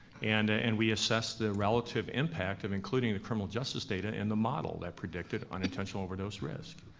and and we assessed the relative impact of including the criminal justice data in the model that predicted unintentional overdose risk.